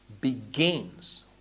begins